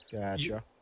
Gotcha